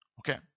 Okay